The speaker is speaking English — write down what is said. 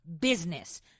business